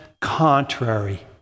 contrary